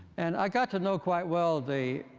and i got to know quite well the